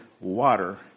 water